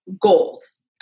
goals